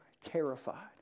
terrified